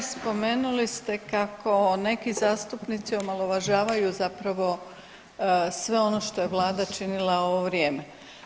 Spomenuli ste kako neki zastupnici omalovažavaju zapravo sve ono što je vlada činila ovo vrijeme.